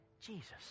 jesus